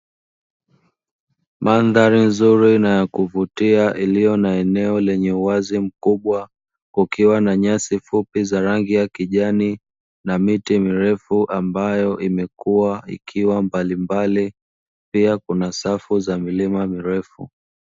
Mandhari nzuri na ya kuvutia iliyo na eneo lenye uwazi mkubwa, kukiwa na nyasi fupi za rangi ya kijani na miti mirefu imekuwa ikiwa mbalimbali pia kuna safu za milima mirefu.